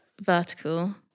vertical